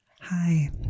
Hi